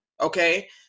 okay